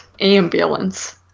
ambulance